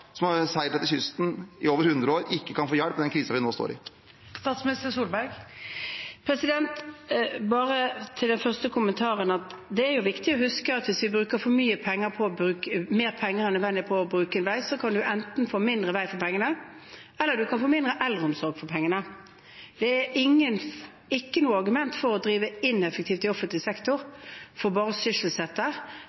som har seilt langs kysten i over hundre år, ikke kan få hjelp i den krisen vi nå står i? Bare til den første kommentaren: Det er viktig å huske at hvis vi bruker mer penger enn nødvendig på å bygge vei, kan man enten få mindre vei for pengene, eller man kan få mindre eldreomsorg for pengene. Det er ikke noe argument å drive ineffektivt i offentlig sektor